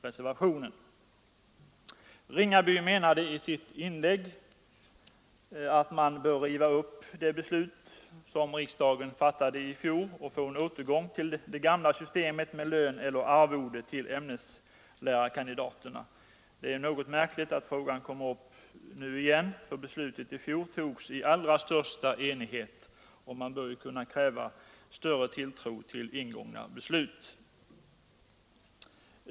Herr Ringaby menade i sitt inlägg att man bör riva upp det beslut som riksdagen fattade i fjol och återgå till det gamla systemet med lön eller arvode till ämneslärarkandidaterna. Det är märkligt att den frågan kommer upp nu igen, för beslutet i fjol fattades i största enighet — man bör kunna kräva större tilltro till fattade beslut.